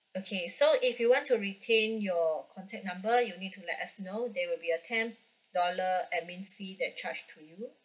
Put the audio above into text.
okay so if you want to retain your contact number you need to let us know there will be a ten dollar admin fee that charge to you